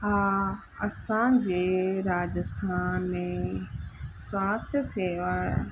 हा असांजे राजस्थान में स्वास्थ्यु शेवा